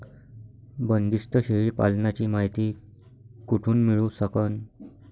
बंदीस्त शेळी पालनाची मायती कुठून मिळू सकन?